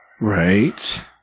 Right